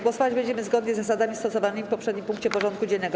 Głosować będziemy zgodnie z zasadami stosowanymi w poprzednim punkcie porządku dziennego.